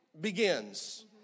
begins